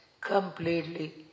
completely